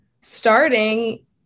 Starting